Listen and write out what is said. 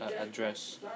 address